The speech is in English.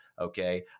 okay